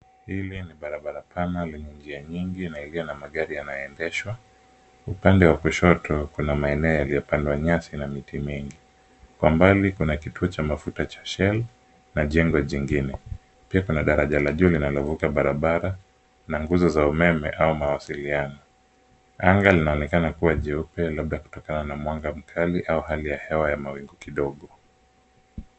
Hili ni barabara pana lenye njia nyingi na lililo na magari yanayoendeshwa. Upande wa kushoto kuna maeneo yaliyo pandwa nyasi na miti mingi. Kwa mbali kuna kituo cha mafuta cha {cs}shell{cs} na jengo jingine, pia kuna daraja la juu linalo vuka barabara na nguzo za umeme au mawasiliano. Anga linaonekana kuwa jeupe labda kutokana na mwanga mkali au hali ya hewa ya mawingu kidogo.